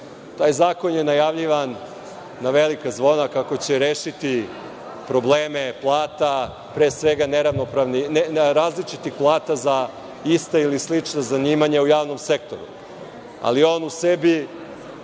Taj zakon je najavljivan na velika zvona, kako će rešiti probleme plata, pre svega različitih plata za ista ili slična zanimanja u javnom sektoru. On je u sebi